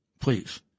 Please